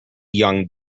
young